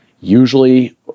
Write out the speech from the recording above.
Usually